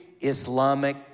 Islamic